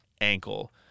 ankle